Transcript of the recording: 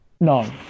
No